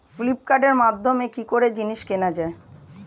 ফ্লিপকার্টের মাধ্যমে কি করে জিনিস কেনা যায়?